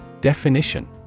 Definition